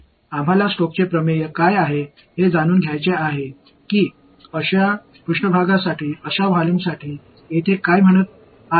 அத்தகைய மேற்பரப்புக்கு இதுபோன்ற அளவிற்கு ஸ்டாக்ஸ் தியரம்Stoke's theorem என்னசொல்கிறது என்று தெரிந்து கொள்ள விரும்புகிறோம்